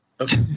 Okay